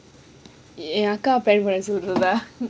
என் அக்கா வ பிளான் பண்ண சொல்லவா:en akkaa va pilaan panna sollavaa